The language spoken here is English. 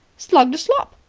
slugged a slop.